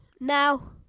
Now